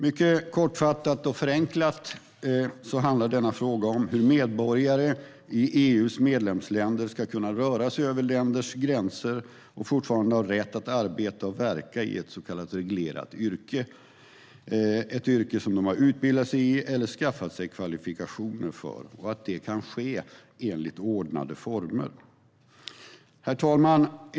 Mycket kortfattat och förenklat handlar denna fråga om hur medborgare i EU:s medlemsländer ska kunna röra sig över länders gränser och fortfarande ha rätt att arbeta och verka i ett så kallat reglerat yrke, ett yrke som de har utbildat sig i eller skaffat sig kvalifikationer för, och att detta kan ske enligt ordnade former.